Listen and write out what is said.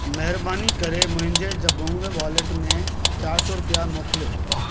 महिरबानी करे मुंहिंजे जबोंग वॉलेट में चारि सौ रुपिया मोकिलियो